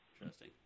Interesting